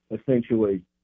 essentially